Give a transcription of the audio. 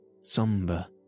sombre